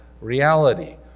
reality